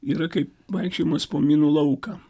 yra kaip vaikščiojimas po minų lauką